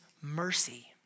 mercy